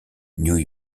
new